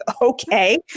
okay